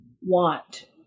want